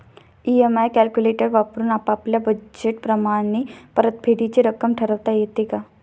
EMI calculator वापरून आपापल्या budget प्रमाणे परतफेडीची रक्कम ठरवता येते का?